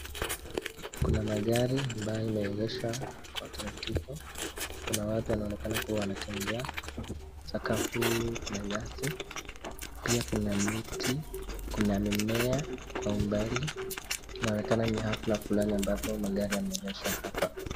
Kuna magari imeegeshwa kwa taratubu, kuna watu wanaonekana kuwa wanatembea, sakafu kuna nyasi, pia kuna miti, kuna mimea kwa umbali, inaonekana ni hafla fulani ambapo magari yameegeshwa hapa.